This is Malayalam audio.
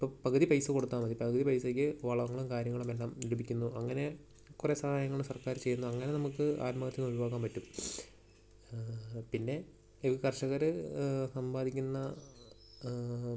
ഇപ്പോൾ പകുതി പൈസ കൊടുത്താൽ മതി പകുതി പൈസക്കു വളങ്ങളും കാര്യങ്ങളും എല്ലാം ലഭിക്കുന്നു അങ്ങനെ കുറെ സഹായങ്ങൾ സർക്കാർ ചെയ്യുന്നു അങ്ങനെ നമുക്ക് ആത്മഹത്യയിൽ നിന്ന് ഒഴിവാകാൻ പറ്റും പിന്നെ ഈ കർഷകർ സമ്പാദിക്കുന്ന